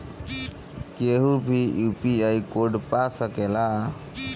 केहू भी UPI code पा सकेला?